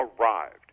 arrived